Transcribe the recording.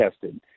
tested